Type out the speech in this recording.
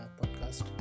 podcast